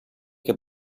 che